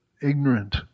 ignorant